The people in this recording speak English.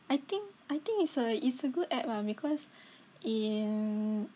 I think I think it's a it's a good app ah because in